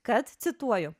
kad cituoju